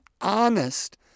honest